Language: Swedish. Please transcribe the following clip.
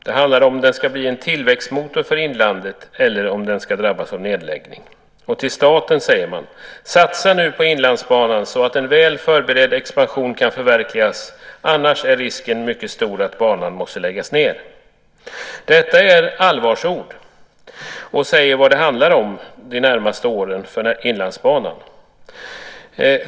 Det handlar om den ska bli en tillväxtmotor för inlandet eller om den ska drabbas av nedläggning. Till staten säger man: Satsa nu på Inlandsbanan så att en väl förberedd expansion kan förverkligas. Annars är risken mycket stor att banan måste läggas ned. Detta är allvarsord som säger vad det handlar om de närmaste åren för Inlandsbanan.